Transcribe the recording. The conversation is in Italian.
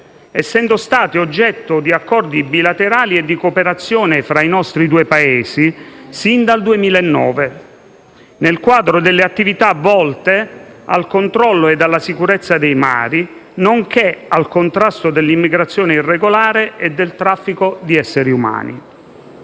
essendo state oggetto di accordi bilaterali e di cooperazione tra i nostri due Paesi fin dal 2009, nel quadro delle attività volte al controllo e alla sicurezza dei mari, nonché al contrasto dell'immigrazione irregolare e del traffico di esseri umani.